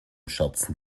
scherzen